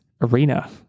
Arena